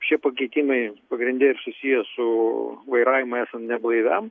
šie pakeitimai pagrinde ir susiję su vairavimu esant neblaiviam